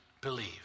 believe